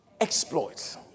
exploits